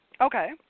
okay